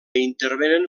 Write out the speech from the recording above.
intervenen